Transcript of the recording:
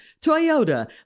Toyota